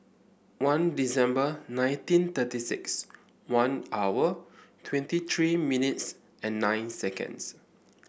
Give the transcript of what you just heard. one December nineteen thirty six one hour twenty three minutes and nine seconds